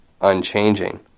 unchanging